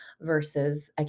versus